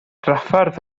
drafferth